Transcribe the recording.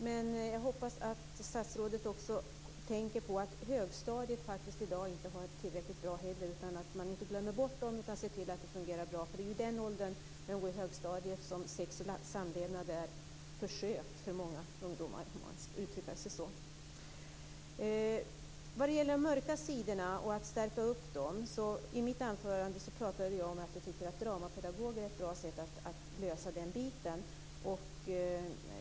Men jag hoppas att statsrådet också tänker på att högstadiet i dag inte heller har det tillräckligt bra. Man får inte glömma bort de eleverna utan måste se till att det fungerar bra där. De är i den åldern då sex och samlevnad är "försök" för många ungdomar. Vad gäller de mörka sidorna pratade jag i mitt anförande om att jag tycker att dramapedagoger är ett bra sätt att lösa den biten.